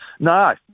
No